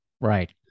Right